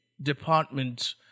department